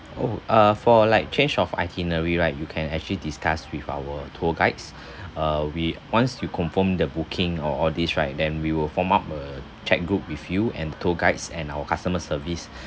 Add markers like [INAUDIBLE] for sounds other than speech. [BREATH] oh uh for like change of itinerary right you can actually discuss with our tour guides [BREATH] uh we once you confirm the booking or all this right then we will form up a chat group with you and the tour guides and our customer service [BREATH]